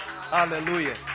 Hallelujah